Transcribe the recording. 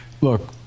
Look